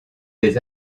des